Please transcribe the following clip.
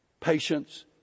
patience